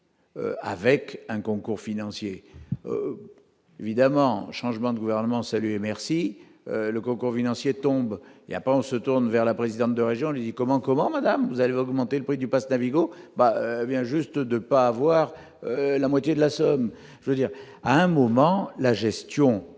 avec un concours financier évidemment un changement de gouvernement, merci le gros gros financiers tombe, il y a pas, on se tourne vers la présidente de région, lui, comment, comment Madame vous allez augmenter le prix du parce d'aller Go bah vient juste de ne pas avoir la moitié de la somme, je veux dire à un moment, la gestion